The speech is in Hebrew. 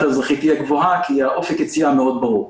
האזרחית תהיה גבוהה כי אופק היציאה מאוד ברור.